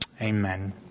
Amen